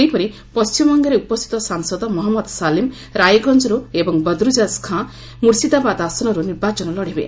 ସେହିପରି ପଣ୍ଟିମବଙ୍ଗରେ ଉପସ୍ଥିତ ସାଂସଦ ମହମ୍ମଦ ସାଲିମ' ରାଇଗଞ୍ଜରୁ ଏବଂ ବଦ୍ରଜାଜ ଖାଁ' ମୁର୍ସିଦାବାଦ ଆସନରୁ ନିର୍ବାଚନ ଲଢିବେ